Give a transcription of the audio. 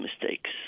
mistakes